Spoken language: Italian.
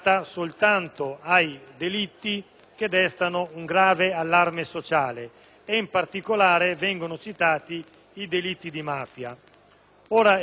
È evidente che estendere la custodia cautelare obbligatoria anche a reati quali quelli informatici, attribuiti alle procure distrettuali,